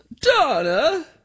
Donna